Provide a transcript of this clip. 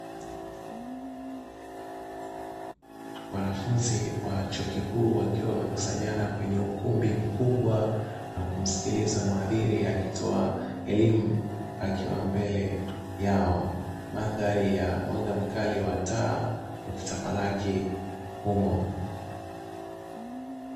Wanafunzi wa chuo kikuu wakiwa wamekusanyana kwenye ukumbi mkubwa na kumsikiliza muhadhiri akitoa elimu akiwa mbele yao. Mandhari ya mwanga mkali wa taa ukitamalaki humo.